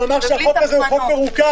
והוא אמר שהחוק הזה הוא חוק מרוכך,